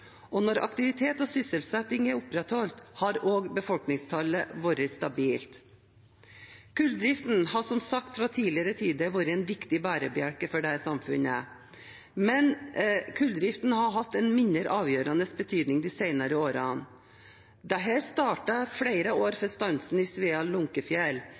aktivitet og sysselsetting er opprettholdt, har også befolkningstallet vært stabilt. Kulldriften har som sagt fra tidligere tider vært en viktig bærebjelke for dette samfunnet. Men kulldriften har hatt en mindre avgjørende betydning de senere årene. Dette startet flere år før stansen i